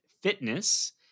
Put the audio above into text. Fitness